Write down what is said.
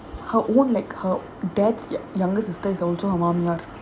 her own like her dad's younger sister is also her mom lah